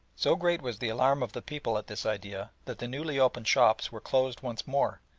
so great was the alarm of the people at this idea that the newly opened shops were closed once more,